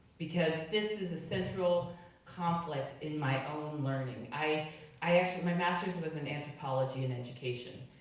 because this is a central conflict in my own learning. i i actually, my masters was in anthropology and education,